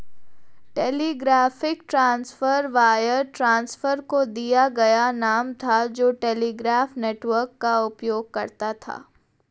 telegraphic transfer wire transfer को दिया गया नाम था जो टेलीग्राफ नेटवर्क का उपयोग करता था